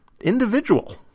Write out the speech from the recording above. individual